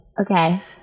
Okay